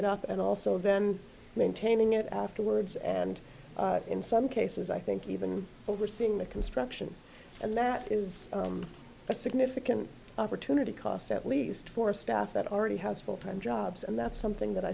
it up and also then maintaining it afterwards and in some cases i think even overseeing the construction and that is a significant opportunity cost at least for a staff that already has full time jobs and that's something that i